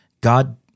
God